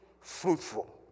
fruitful